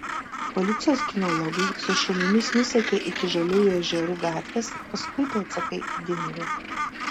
policijos kinologai su šunimis nusekė iki žaliųjų ežerų gatvės paskui pėdsakai dingo